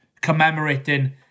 commemorating